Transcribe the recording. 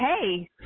hey